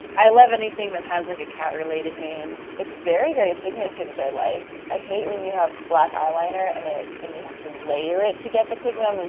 i love anything that has like a cat related name. it's very, very pigmented which i like. i hate when you have black eyeliner and it and you have to layer it to get the pigment.